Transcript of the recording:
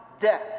death